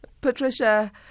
Patricia